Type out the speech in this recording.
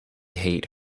hate